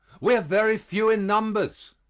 we are very few in numbers.